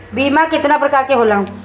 बीमा केतना प्रकार के होला?